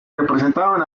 representan